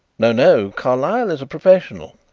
no, no carlyle is a professional.